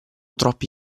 troppi